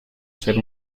ser